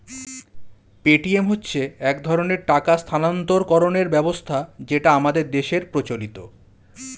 Paytm হচ্ছে এক ধরনের টাকা স্থানান্তরকরণের ব্যবস্থা যেটা আমাদের দেশের প্রচলিত